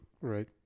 right